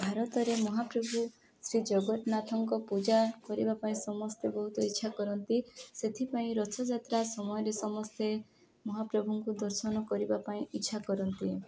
ଭାରତରେ ମହାପ୍ରଭୁ ଶ୍ରୀ ଜଗନ୍ନାଥଙ୍କ ପୂଜା କରିବା ପାଇଁ ସମସ୍ତେ ବହୁତ ଇଚ୍ଛା କରନ୍ତି ସେଥିପାଇଁ ରଥଯାତ୍ରା ସମୟରେ ସମସ୍ତେ ମହାପ୍ରଭୁଙ୍କୁ ଦର୍ଶନ କରିବା ପାଇଁ ଇଚ୍ଛା କରନ୍ତି